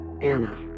Anna